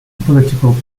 political